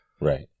right